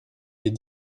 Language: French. les